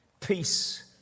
Peace